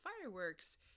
fireworks